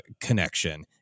connection